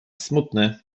smutny